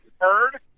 heard